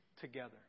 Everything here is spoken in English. together